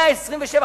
127?